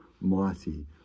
mighty